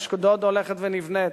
אשדוד הולכת ונבנית,